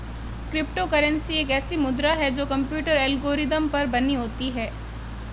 crypto currency एक ऐसी मुद्रा है जो कंप्यूटर एल्गोरिदम पर बनी होती है